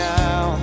now